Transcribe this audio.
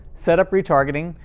set up retargeting,